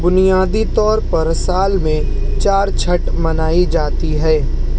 بنیادی طور پر سال میں چار چھٹ منائی جاتی ہے